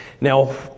Now